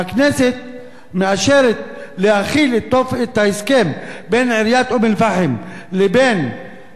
מאשרת להחיל את ההסכם בין עיריית אום-אל-פחם לבין חברת